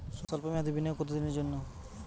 সল্প মেয়াদি বিনিয়োগ কত দিনের জন্য?